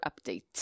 Update